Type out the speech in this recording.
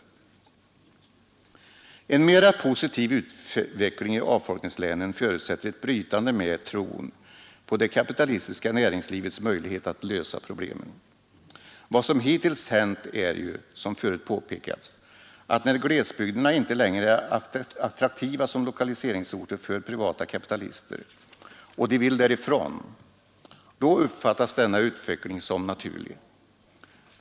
En mera positiv utveckling i avfolkningslänen förutsätter ett brytande med tron på det kapitalistiska näringslivets möjlighet att lösa problemen. Vad som hittills hänt är ju, som förut påpekats, att när glesbygderna inte längre är attraktiva som lokaliseringsorter för privata kapitalister, och de vill därifrån, uppfattas denna utveckling som naturlig.